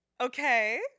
Okay